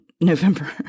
November